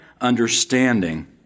understanding